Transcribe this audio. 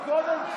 קודם,